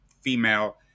female